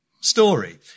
story